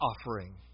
offering